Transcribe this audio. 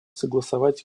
согласовать